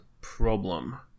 problem